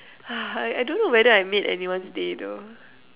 I don't know whether I made anyone's day though